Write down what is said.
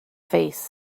face